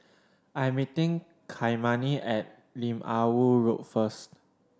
I am meeting Kymani at Lim Ah Woo Road first